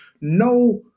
no